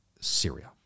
Syria